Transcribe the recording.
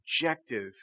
objective